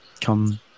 come